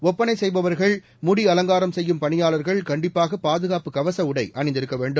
ஒப்பனை செய்பவர்கள்இ முடி அலங்காரம் செய்யும் பணியாளர்கள் கண்டிப்பாக பாதுகாப்பு கவச உடை அணிந்திருக்க வேண்டும்